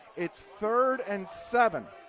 it's third and seven.